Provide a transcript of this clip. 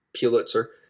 Pulitzer